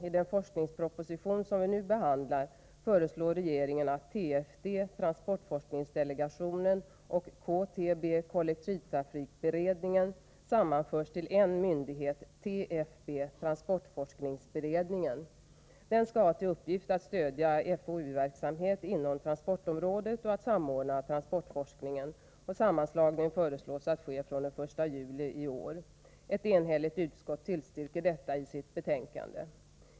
I den forskningsproposition som vi nu behandlar föreslår regeringen att TFD och KTB sammanförs till en myndighet, TFB . Denna skall ha till uppgift att stödja forskningsoch utvecklingsverksamhet inom transportområdet och att samordna transportforskningen. Det föreslås att sammanslagning sker den 1 juli i år. Ett enhälligt utskott tillstyrker detta i sitt betänkande.